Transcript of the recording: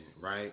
right